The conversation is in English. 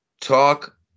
talk